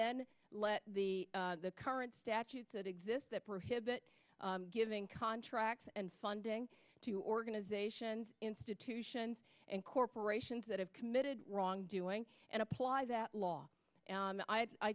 let the current statute that exist that prohibit giving contracts and funding to organizations institutions and corporations that have committed wrongdoing and apply that law and i